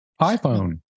iPhone